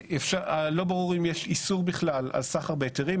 לא ברור אם יש איסור בכלל על סחר בהיתרים,